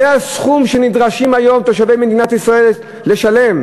זה הסכום שנדרשים היום תושבי מדינת ישראל לשלם.